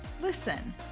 listen